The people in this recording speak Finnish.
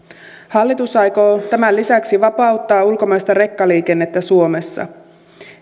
hallitus aikoo tämän lisäksi vapauttaa ulkomaista rekkaliikennettä suomessa